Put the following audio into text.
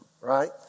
right